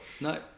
no